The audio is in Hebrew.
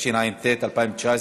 התשע"ט 2019,